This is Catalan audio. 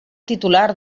titular